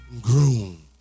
groom